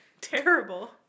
Terrible